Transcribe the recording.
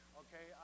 okay